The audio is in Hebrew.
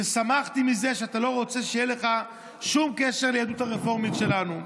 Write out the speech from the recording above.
ששמחתי מזה שאתה לא רוצה שיהיה לך שום קשר ליהדות הרפורמית שלנו.